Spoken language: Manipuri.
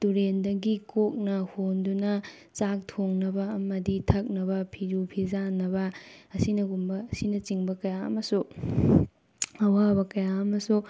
ꯇꯨꯔꯦꯜꯗꯒꯤ ꯀꯣꯛꯅ ꯍꯣꯟꯗꯨꯅ ꯆꯥꯛ ꯊꯣꯡꯅꯕ ꯑꯃꯗꯤ ꯊꯛꯅꯕ ꯐꯤꯁꯨ ꯐꯤꯆꯥꯝꯅꯕ ꯑꯁꯤꯅꯒꯨꯝꯕ ꯑꯁꯤꯅꯆꯤꯡꯕ ꯀꯌꯥ ꯑꯃꯁꯨ ꯑꯋꯥꯕ ꯀꯌꯥ ꯑꯃꯁꯨ